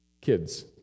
Kids